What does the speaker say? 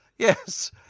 Yes